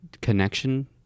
connection